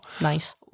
Nice